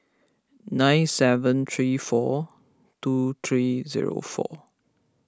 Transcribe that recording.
nine seven three four two three zero four